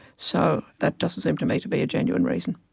so that doesn't seem to me to be a genuine reason.